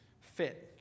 fit